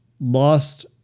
lost